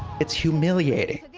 it's humiliating.